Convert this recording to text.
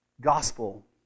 gospel